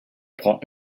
prend